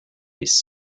les